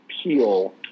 appeal